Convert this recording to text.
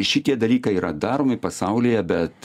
šitie dalykai yra daromi pasaulyje bet